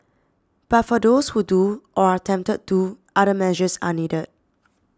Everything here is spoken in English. but for those who do or are tempted do other measures are needed